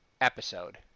episode